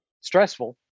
stressful